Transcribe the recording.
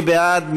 מי בעד?